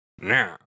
now